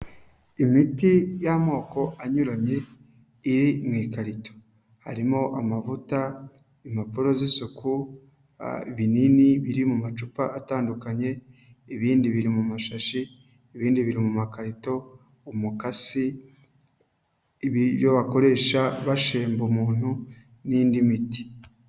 Imiti y'amoko anyuranye iri mu ikarito harimo amavuta, impapuro z'isuku, ibinini biri mu macupa atandukanye, ibindi biri mu mashashi, ibindi biri mu makarito, umukasi, ibyo bakoresha bashemba umuntu n'indi miti.